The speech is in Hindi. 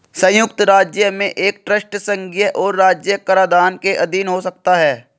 संयुक्त राज्य में एक ट्रस्ट संघीय और राज्य कराधान के अधीन हो सकता है